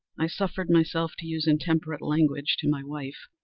i suffered myself to use intemperate language to my wife.